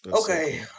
Okay